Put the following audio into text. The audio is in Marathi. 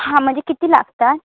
हां म्हणजे किती लागतात